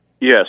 Yes